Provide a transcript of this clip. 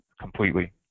completely